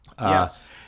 Yes